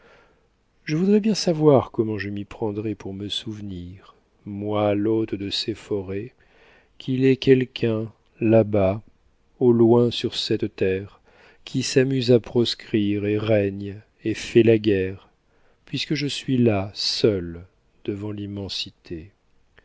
je voudrais bien savoir comment je m'y prendrais pour me souvenir moi l'hôte de ces forêts qu'il est quelqu'un là-bas au loin sur cette terre qui s'amuse à proscrire et règne et fait la guerre puisque je suis là seul devant l'immensité